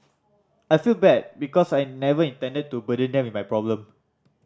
I feel bad because I never intended to burden them with my problem